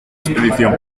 expedición